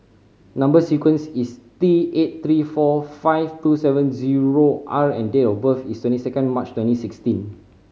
number sequence is T eight three four five two seven zero R and date of birth is twenty second March twenty sixteen